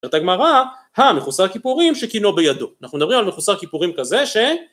אומרת הגמרא הא המחוסר כיפורים שקינו בידו, אנחנו מדברים על מחוסר כיפורים כזה